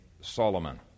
Solomon